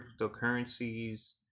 cryptocurrencies